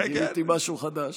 גיליתי משהו חדש.